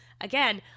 Again